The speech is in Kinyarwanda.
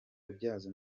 kubyaza